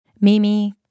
Mimi